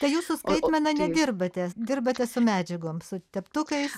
tai jūs su skaitmena nedirbate dirbate su medžiagom su teptukais